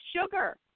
sugar